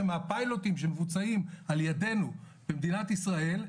שמהפיילוטים שמבוצעים על ידנו במדינת ישראל,